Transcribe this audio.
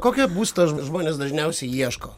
kokio būsto žmonės dažniausiai ieško